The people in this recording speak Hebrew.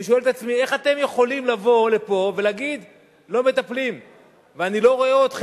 ואני שואל את עצמי,